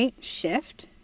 shift